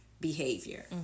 behavior